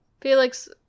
Felix